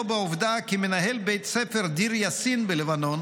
בעובדה כי מנהל בית הספר דיר יאסין בלבנון